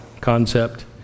concept